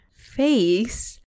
face